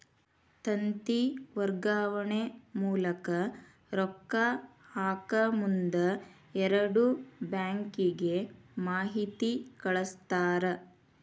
ತಂತಿ ವರ್ಗಾವಣೆ ಮೂಲಕ ರೊಕ್ಕಾ ಹಾಕಮುಂದ ಎರಡು ಬ್ಯಾಂಕಿಗೆ ಮಾಹಿತಿ ಕಳಸ್ತಾರ